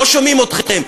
לא שומעים אתכם,